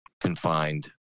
confined